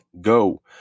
go